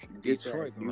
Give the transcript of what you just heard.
Detroit